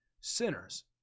sinners